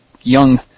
young